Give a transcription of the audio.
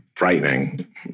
frightening